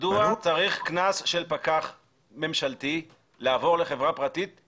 וגם שמענו קודם שיש בעיה נוספת שקשורה למשרד התחבורה בהקשר